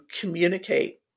communicate